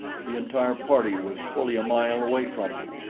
the entire party was fully a mile away from me,